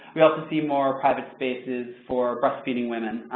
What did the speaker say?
we also see more private spaces for breast-feeding women,